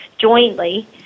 jointly